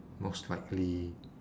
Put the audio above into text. most likely